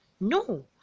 no